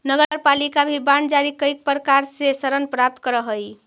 नगरपालिका भी बांड जारी कईक प्रकार से ऋण प्राप्त करऽ हई